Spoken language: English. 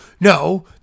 no